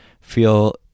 feel